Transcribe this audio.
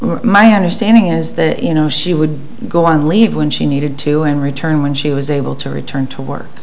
my understanding is that you know she would go on leave when she needed to and returned when she was able to return to work